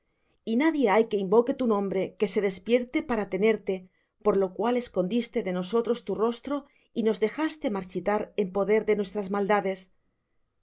y nadie hay que invoque tu nombre que se despierte para tenerte por lo cual escondiste de nosotros tu rostro y nos dejaste marchitar en poder de nuestras maldades